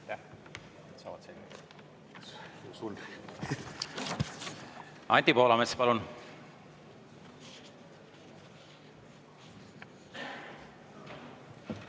Anti Poolamets, palun!